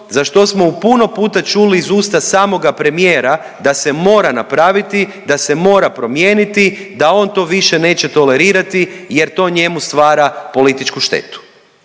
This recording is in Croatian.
za što smo puno puta čuli iz usta samoga premijera, da se mora napraviti, da se mora promijeniti, da on to više neće tolerirati jer to njemu stvara političku štetu.